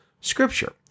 Scripture